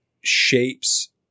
shapes